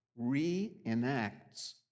reenacts